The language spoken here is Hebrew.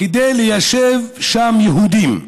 כדי ליישב שם יהודים.